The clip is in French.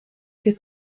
que